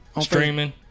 streaming